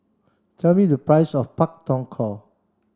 tell me the price of Pak Thong Ko